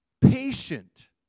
Patient